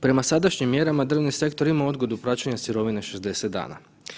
Prema sadašnjim mjerama, drvni sektor ima odgodu plaćanja sirovine 60 dana.